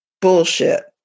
bullshit